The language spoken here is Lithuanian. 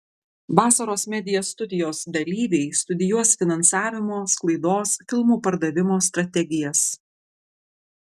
vasaros media studijos dalyviai studijuos finansavimo sklaidos filmų pardavimo strategijas